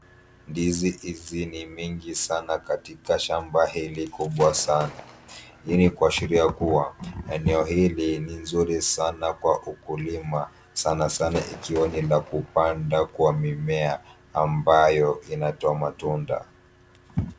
Ndizi hizi ni mingi sana katika shamba hili kubwa sana. Hii ni kuashiria kuwa eneo hili ni nzuri sana kwa ukulima, sana sana ikiwa ni la kupanda kwa mimea ambayo inatoa matunda.